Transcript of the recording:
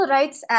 Rights